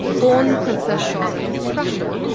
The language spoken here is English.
born princess charlotte of prussia,